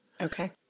Okay